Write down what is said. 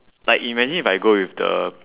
like imagine if I go with the